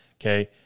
Okay